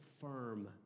firm